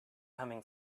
humming